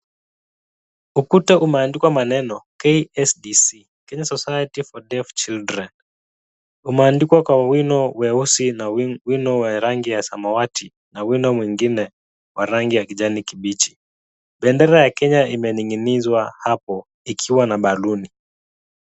Ukuta umeandikwa maneno, KSDC. Kenya Society for Deaf Children. Umeandikwa kwa wino weusi na wino wa rangi ya samawati, na wino mwingine wa rangi ya kijani kibichi. Bendera ya Kenya imening'inizwa hapo ikiwa na baluni.